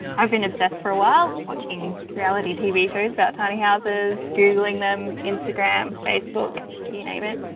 i've been obsessed for a while watching reality tv shows about tiny houses. googling them instagram facebook you name it,